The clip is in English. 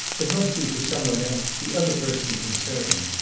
it must be for someone else the other person concerned.